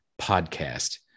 podcast